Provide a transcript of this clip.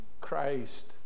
Christ